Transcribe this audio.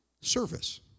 service